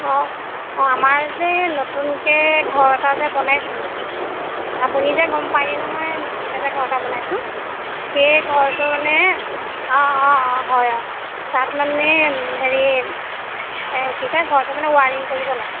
অঁ অঁ আমাৰ যে এই নতুনকৈ ঘৰ এটা যে বনাইছিলোঁ আপুনি যে গম পায়েই নহয় নতুনকৈ যে ঘৰ এটা বনাইছোঁ সেই ঘৰটোৰ মানে অঁ অঁ অঁ হয় অঁ তাত মানে হেৰি কি কয় ঘৰটো মানে ওৱাইৰিঙ কৰিব লাগে